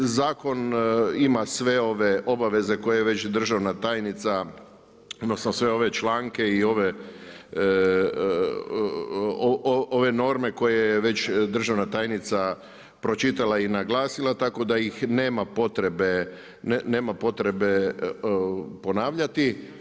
Zakon ima sve ove obaveze koje je već državna tajnika, odnosno sve ove članke i ove norme koje je već državna tajnica pročitala i naglasila tako da ih nema potrebe, nema potrebe ponavljati.